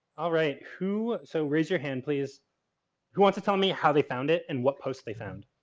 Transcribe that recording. alright, who, so, raise your hand please who wants to tell me how they found it and what posts they found.